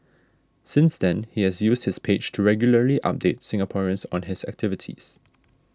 since then he has used his page to regularly update Singaporeans on his activities